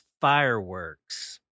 fireworks